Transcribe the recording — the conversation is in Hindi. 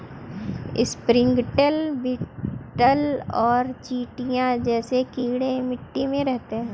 स्प्रिंगटेल, बीटल और चींटियां जैसे कीड़े मिट्टी में रहते हैं